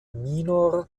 minor